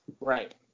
Right